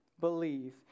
believe